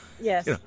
Yes